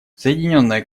соединенное